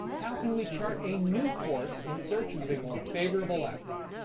how can we chart a new course in search of a more favourable outcome?